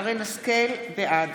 בעד